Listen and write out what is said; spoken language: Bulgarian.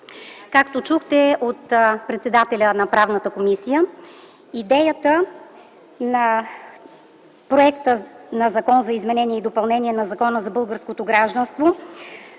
Както чухте от председателя на Правната комисия, идеята на проекта на Закон за изменение и допълнение на Закона за българското гражданство